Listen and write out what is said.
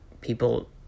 People